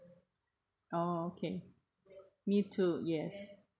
orh okay me too yes